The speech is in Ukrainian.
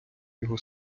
його